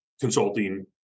Consulting